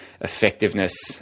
effectiveness